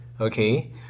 Okay